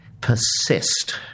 persist